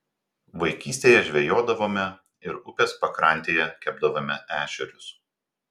vaikystėje žvejodavome ir upės pakrantėje kepdavome ešerius